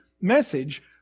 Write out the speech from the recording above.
message